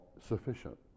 sufficient